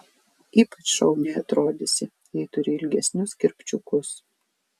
ypač šauniai atrodysi jei turi ilgesnius kirpčiukus